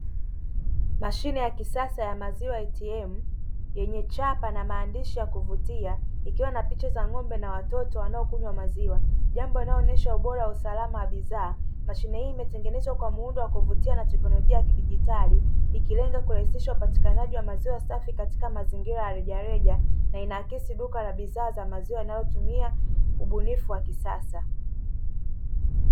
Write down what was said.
Mashine ya kisasa ya maziwa atm yenye chapa na maandishi ya kuvutia, ikiwa na picha za ng'ombe na watoto wanaokunywa maziwa jambo linaonyesha ubora wa usalama wa bidhaa mashine hii imetengenezwa kwa muundo wa kuvutia na teknolojia ya kidijitali, ikilenga kurahisishwa upatikanaji wa maziwa safi katika mazingira ya rejareja na inaakisi duka la bidhaa za maziwa linalotumia ubunifu wa kisasa.